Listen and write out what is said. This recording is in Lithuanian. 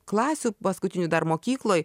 klasių paskutinių dar mokykloj